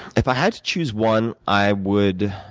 if i had to choose one, i would